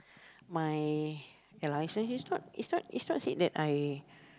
my ya lah is not is not is not said that I